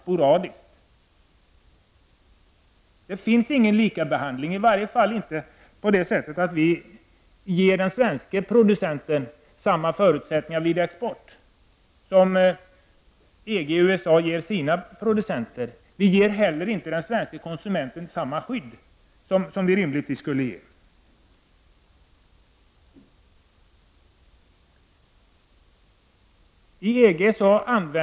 Det förekommer med andra ord ingen likabehandling, i varje fall inte på det sättet att vi ger den svenske producenten samma förutsättningar vid export som EG-länderna och USA ger sina producenter. Vi ger inte heller den svenske konsumenten samma skydd mot gifter i importerade produkter som det skydd vi ger honom mot gifter i produkter producerade i Sverige.